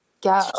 go